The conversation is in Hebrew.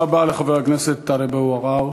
תודה רבה לחבר הכנסת טלב אבו עראר.